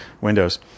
Windows